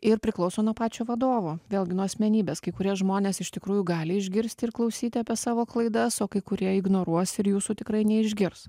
ir priklauso nuo pačio vadovo vėlgi nuo asmenybės kai kurie žmonės iš tikrųjų gali išgirsti ir klausyti apie savo klaidas o kai kurie ignoruos ir jūsų tikrai neišgirs